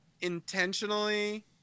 intentionally